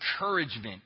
encouragement